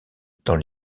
dans